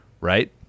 right